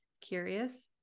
curious